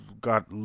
got